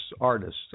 artists